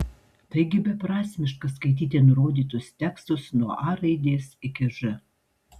taigi beprasmiška skaityti nurodytus tekstus nuo a raidės iki ž